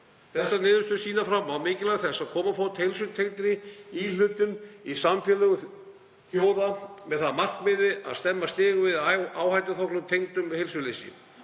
Þessar niðurstöður sýna fram á mikilvægi þess að koma á fót heilsutengdri íhlutun í samfélögum þjóða með það að markmiði að stemma stigu við áhættuþáttum tengdum heilsuleysi